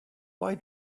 why